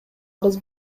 арыз